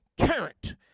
current